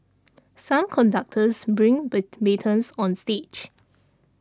some conductors bring batons on stage